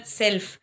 self